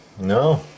No